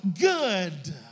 good